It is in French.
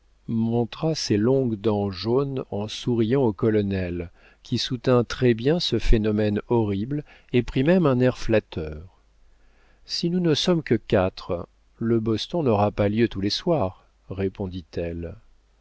montra ses longues dents jaunes en souriant au colonel qui soutint très-bien ce phénomène horrible et prit même un air flatteur si nous ne sommes que quatre le boston n'aura pas lieu tous les soirs